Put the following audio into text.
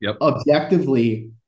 objectively